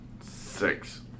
Six